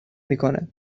میکنه